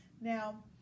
Now